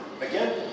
Again